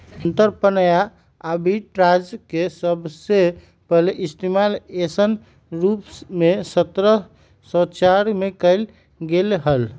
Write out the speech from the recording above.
अंतरपणन या आर्बिट्राज के सबसे पहले इश्तेमाल ऐसन रूप में सत्रह सौ चार में कइल गैले हल